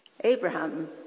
Abraham